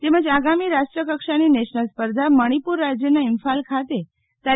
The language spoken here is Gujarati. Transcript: તેમજ આગામી રાષ્ટ્ર કક્ષાની નેશનલ સ્પર્ધા મણીપુર રાજ્યના ઈમ્ફાલ ખાતે તા